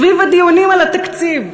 סביב הדיונים על התקציב,